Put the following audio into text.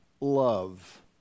love